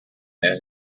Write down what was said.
the